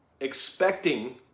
expecting